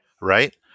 Right